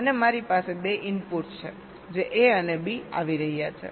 અને મારી પાસે 2 ઇનપુટ્સ છે જે A અને B આવી રહ્યા છે